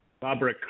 Barbara